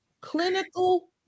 clinical